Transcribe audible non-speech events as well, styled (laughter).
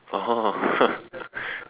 oh (laughs)